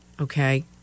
okay